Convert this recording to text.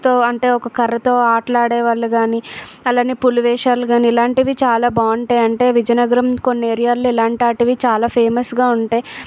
తో అంటే ఒక కర్రతో ఆటలు ఆడే వాళ్ళు కానీ అలాగేపులి వేషాలు కానీ ఇలాంటివి చాలా బాగుంటాయి అంటే విజయనగరం కొన్ని ఏరియాలో ఇలాంటివి వాటివి చాలా ఫేమస్గా ఉంటాయి